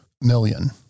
million